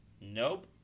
Nope